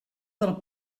del